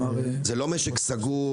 זה לא משק סגור?